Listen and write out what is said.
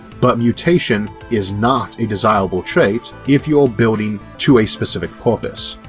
but mutation is not a desirable trait if you are building to a specific purpose.